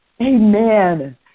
Amen